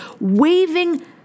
waving